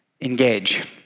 engage